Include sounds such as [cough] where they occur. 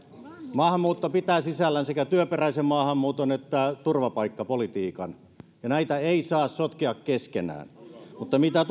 maahanmuutto pitää sisällään sekä työperäisen maahanmuuton että turvapaikkapolitiikan ja näitä ei saa sotkea keskenään mutta mitä [unintelligible]